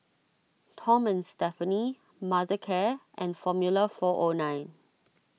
Tom and Stephanie Mothercare and Formula four O nine